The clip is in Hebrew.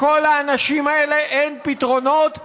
לכל האנשים האלה אין פתרונות,